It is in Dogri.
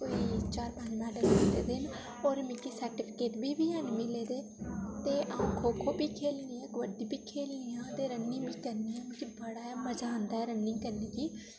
केईं चार पंज मैडल लैते दे न होर मिगी सर्टिफिकेट बी हैन मिले दे ते अ'ऊं खो खो बी खेढनी कबड्डी बी खेढनी आं ते रन्निंग बी करनी ते मिगी बड़ा गै मज़ा औंदा ऐ रन्निंग करने गी